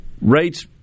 rates